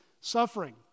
suffering